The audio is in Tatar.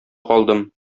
калдым